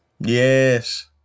Yes